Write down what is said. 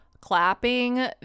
clapping